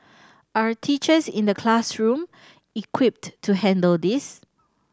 are teachers in the classroom equipped to handle this